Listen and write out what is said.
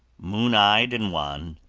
moon-eyed and wan,